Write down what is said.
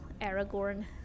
aragorn